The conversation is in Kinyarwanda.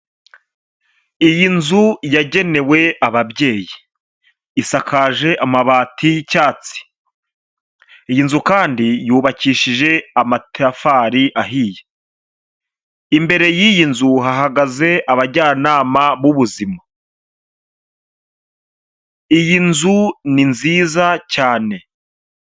Iyi nzu yagenewe ababyeyi isakaje amabati y'icyatsi; iyi nzu kandi yubakishije amatafari ahiye. Imbere y'iyi nzu hahagaze abajyanama b'ubuzima, iyi nzu ni nziza cyane.